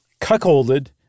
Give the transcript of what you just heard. cuckolded